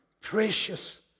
precious